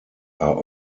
are